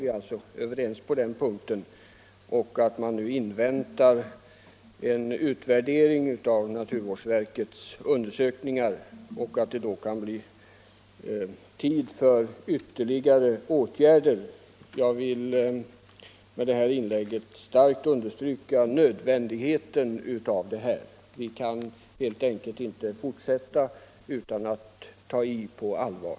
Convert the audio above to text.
Vi är alltså överens på den punkten. Han säger vidare att man nu inväntar en utvärdering av naturvårdsverkets undersökningar och att det sedan kan bli tid för ytterligare åtgärder. Jag vill med detta inlägg starkt understryka nödvändigheten av att någonting görs. Vi kan helt enkelt inte fortsätta utan att ta i på allvar.